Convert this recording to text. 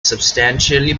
substantial